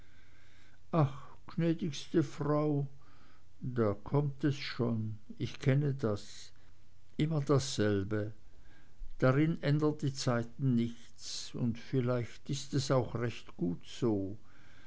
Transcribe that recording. ach gnädigste frau da kommt es schon ich kenne das immer dasselbe darin ändern die zeiten nichts und vielleicht ist es auch recht gut so